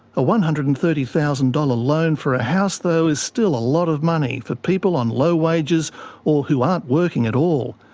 a one hundred and thirty thousand dollars loan for a house, though, is still a lot of money for people on low wages or who aren't working at all.